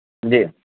جی